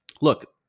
look